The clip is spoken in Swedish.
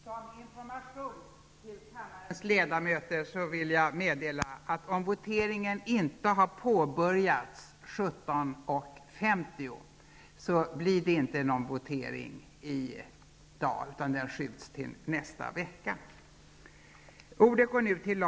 Som information till kammarens ledamöter vill jag meddela att om voteringarna inte har påbörjats kl. 17.50, blir det inte några voteringar i dag, utan de uppskjuts till nästa vecka.